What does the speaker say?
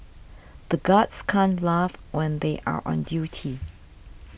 the guards can't laugh when they are on duty